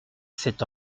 c’est